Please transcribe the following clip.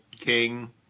king